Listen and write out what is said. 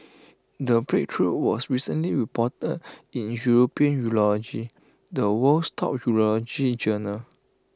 the breakthrough was recently reported in european urology the world's top urology journal